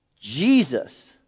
Jesus